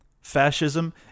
Fascism